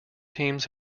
teams